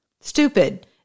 Stupid